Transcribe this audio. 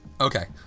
Okay